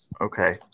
Okay